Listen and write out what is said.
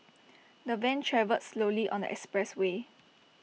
the van travelled slowly on the expressway